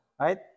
right